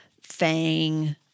fang